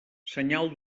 senyal